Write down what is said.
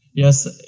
yes,